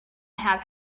have